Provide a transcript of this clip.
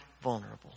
vulnerable